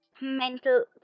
mental